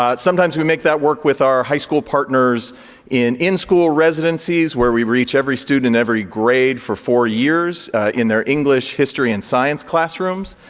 ah sometimes, we make that work with our high school partners in in-school residences where we reach every student, and every grade for four years in their english, history and science classrooms.